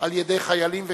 על-ידי חיילים וקלגסים,